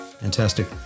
Fantastic